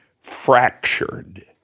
fractured